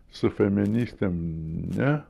su feministėm ne